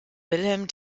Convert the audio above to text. wilhelm